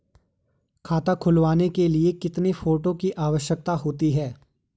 खाता खुलवाने के लिए कितने फोटो की आवश्यकता होती है?